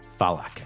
Falak